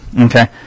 Okay